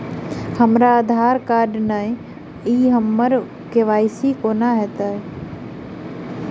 हमरा आधार कार्ड नै अई हम्मर के.वाई.सी कोना हैत?